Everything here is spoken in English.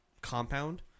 compound